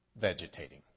vegetating